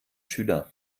schüler